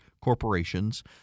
corporations